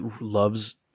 loves